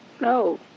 No